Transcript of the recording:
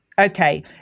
Okay